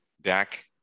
Dak